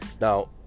now